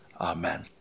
Amen